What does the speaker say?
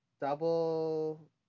double